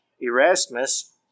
Erasmus